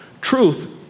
Truth